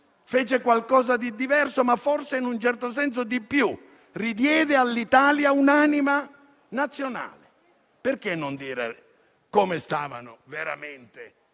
fece qualcosa di diverso, ma forse, in un certo senso, più grande perché restituì all'Italia un'anima nazionale. Perché non dire come stavano veramente